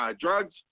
drugs